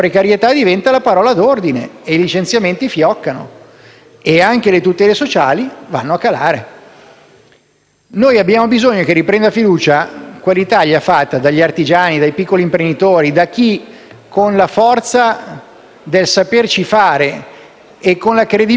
e le tutele sociali vanno a calare. Abbiamo bisogno che riprenda fiducia quell'Italia fatta dagli artigiani, dai piccoli imprenditori, da chi con la forza del saperci fare e con la credibilità di chi, quando spende una parola, la mantiene,